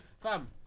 Fam